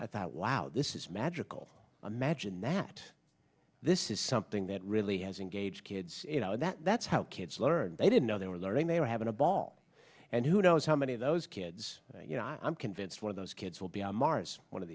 i thought wow this is magical imagine that this is something that really has engaged kids you know that that's how kids learn they didn't know they were learning they were having a ball and who knows how many of those kids you know i'm convinced one of those kids will be on mars one of